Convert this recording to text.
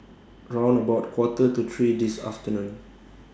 round about Quarter to three This afternoon